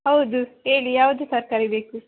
ಹೌದು ಹೇಳಿ ಯಾವುದು ತರಕಾರಿ ಬೇಕು